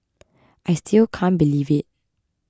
I still can't believe it